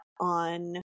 on